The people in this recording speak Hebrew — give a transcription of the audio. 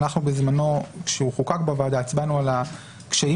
בזמנו כשהוא חוקק בוועדה הצבענו על קשיים